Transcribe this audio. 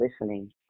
listening